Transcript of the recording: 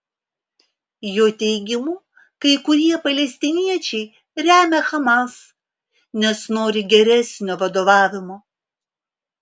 jo teigimu kai kurie palestiniečiai remia hamas nes nori geresnio vadovavimo